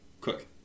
quick